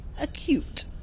acute